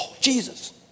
Jesus